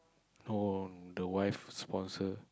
no the wife sponsor